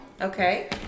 Okay